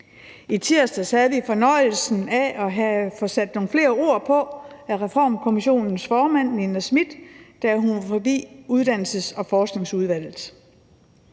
I tirsdags havde vi fornøjelsen af at få sat nogle flere ord på af Reformkommissionens formand, Nina Smith, da hun var forbi Uddannelses- og Forskningsudvalget.